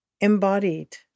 embodied